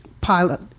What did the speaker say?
pilot